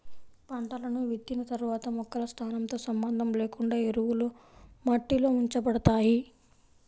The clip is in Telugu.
పంటలను విత్తిన తర్వాత మొక్కల స్థానంతో సంబంధం లేకుండా ఎరువులు మట్టిలో ఉంచబడతాయి